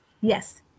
Yes